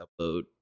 upload